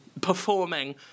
performing